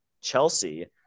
Chelsea